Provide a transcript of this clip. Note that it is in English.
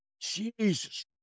Jesus